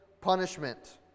punishment